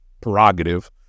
prerogative